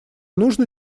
нужно